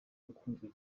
ukunzwe